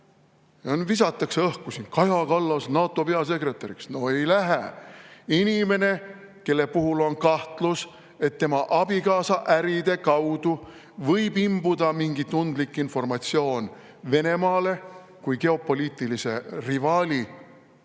kokku. Visatakse õhku siin: Kaja Kallas NATO peasekretäriks. No ei lähe! Inimene, kelle puhul on kahtlus, et tema abikaasa äride kaudu võib imbuda mingi tundlik informatsioon Venemaa kui geopoliitilise rivaali